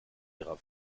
ihrer